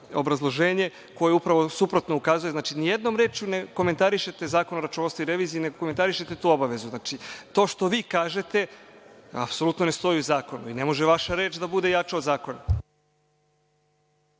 obrazloženje koje upravo suprotno ukazuje. Nijednom rečju ne komentarišete Zakon o računovodstvu i reviziji, nego komentarišete tu obavezu. To što vi kažete apsolutno ne stoji u zakonu i ne može vaša reč da bude jača od zakona.